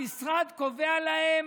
המשרד קובע להן